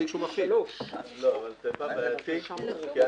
שם זה טיפה בעייתי.